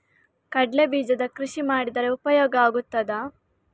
ಕಡ್ಲೆ ಬೀಜದ ಕೃಷಿ ಮಾಡಿದರೆ ಉಪಯೋಗ ಆಗುತ್ತದಾ?